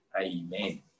Amen